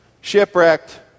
shipwrecked